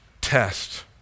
test